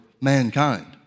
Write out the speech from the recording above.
mankind